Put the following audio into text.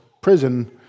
prison